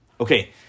okay